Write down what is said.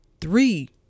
three